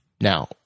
Now